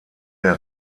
der